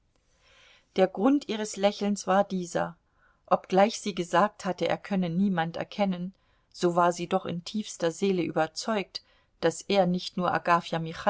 der grund ihres lächelns war dieser obgleich sie gesagt hatte er könne niemand erkennen so war sie doch in tiefster seele überzeugt daß er nicht nur agafja